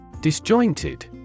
disjointed